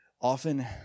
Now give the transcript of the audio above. often